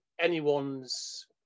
anyone's